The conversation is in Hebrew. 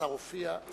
השר הופיע.